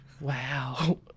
Wow